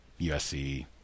usc